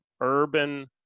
urban